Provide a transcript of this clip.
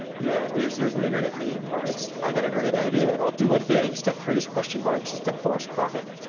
yeah there's there's an internet meme where it's, i got a great idea, and i'll do a thing, step three is question mark's, and step four is profit.